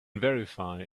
verify